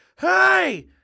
Hey